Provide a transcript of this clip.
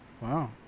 Wow